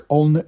on